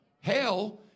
hell